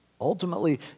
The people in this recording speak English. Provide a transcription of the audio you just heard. Ultimately